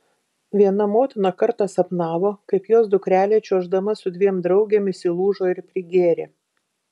viena motina kartą sapnavo kaip jos dukrelė čiuoždama su dviem draugėmis įlūžo ir prigėrė